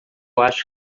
acho